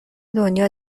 دنیا